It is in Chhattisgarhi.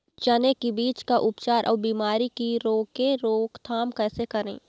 चने की बीज का उपचार अउ बीमारी की रोके रोकथाम कैसे करें?